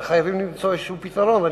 אבל חייבים למצוא איזשהו פתרון,